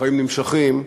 החיים נמשכים,